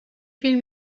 فیلم